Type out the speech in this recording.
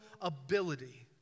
ability